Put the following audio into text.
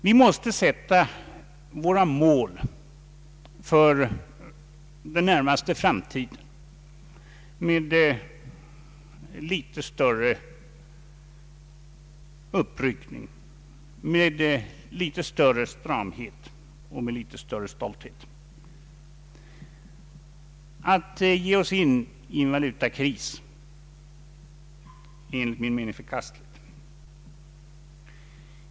Vi måste sätta våra mål för den närmaste framtiden med litet större uppryckning, med litet större stramhet och litet större stolthet. Jag anser att det vore förkastligt om vi gav oss in i och våra swap-avtal.